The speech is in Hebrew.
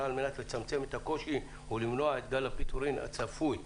על מנת לצמצם את הקושי ולמנוע את גל הפיטורים הצפוי.